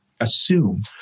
assume